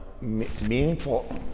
Meaningful